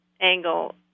angle